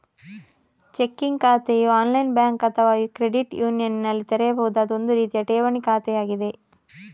checking ಖಾತೆಯು online bank ಅಥವಾ credit ಯೂನಿಯನಿನಲ್ಲಿ ತೆರೆಯಬಹುದಾದ ಒಂದು ರೀತಿಯ ಠೇವಣಿ ಖಾತೆಯಾಗಿದೆ